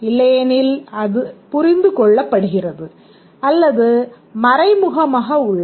இல்லையெனில் அது புரிந்து கொள்ளப்படுகிறது அல்லது மறைமுகமாக உள்ளது